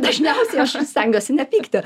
dažniausiai aš stengiuosi nepykti